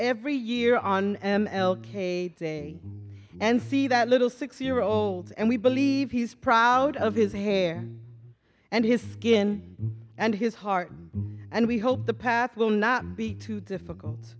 every year on m l k day and see that little six year olds and we believe he's proud of his hair and his skin and his heart and we hope the path will not be too difficult